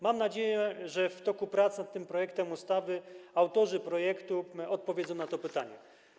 Mam nadzieję, że w toku prac nad tym projektem ustawy autorzy projektu odpowiedzą na to pytanie.